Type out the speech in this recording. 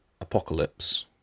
apocalypse